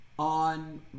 on